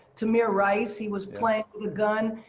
tamir rice? he was playing with a gun,